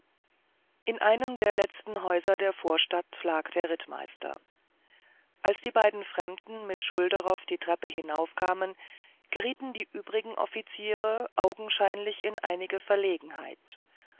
in einem der letzten häuser der vorstadt lag der rittmeister als die beiden fremden mit schulderoff die treppe hinaufkamen gerieten die übrigen offiziere augenscheinlich in einige verlegenheit